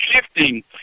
Shifting